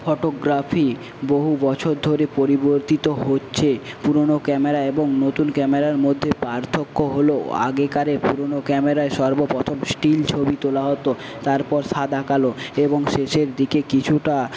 photography বহু বছর ধরে পরিবর্তিত হচ্ছে পুরোনো ক্যামেরা এবং নতুন ক্যামেরার মধ্যে পার্থক্য হলো আগেকার পুরোনো ক্যামেরায় সর্বপ্রথম স্টিল ছবি তোলা হতো তারপর সাদা কালো এবং শেষের দিকে কিছুটা